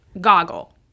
goggle